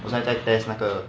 我现在在 test 那个